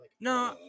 No